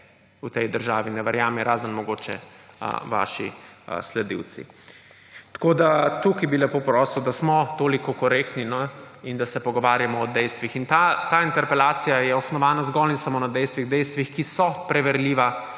v tej državi ne verjame, razen mogoče vaši sledilci. Tako bi tu lepo prosil, da smo toliko korektni in da se pogovarjamo o dejstvih. Ta interpelacija je osnovana zgolj in samo na dejstvih, ki so preverljiva,